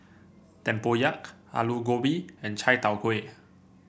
Tempoyak Aloo Gobi and Chai Tow Kuay